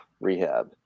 rehab